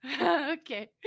Okay